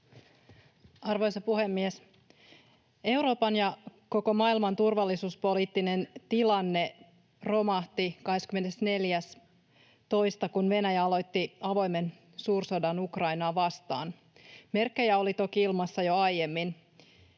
Arvoisa puhemies! Euroopan ja koko maailman turvallisuuspoliittinen tilanne romahti 24.2., kun Venäjä aloitti avoimen suursodan Ukrainaa vastaan. Merkkejä oli toki ilmassa jo aiemmin.